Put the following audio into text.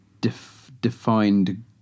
defined